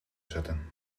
zetten